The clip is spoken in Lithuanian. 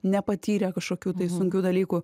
nepatyrę kažkokių tai sunkių dalykų